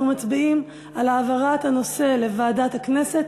אנחנו מצביעים על העברת הנושא לוועדת הכנסת,